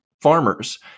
farmers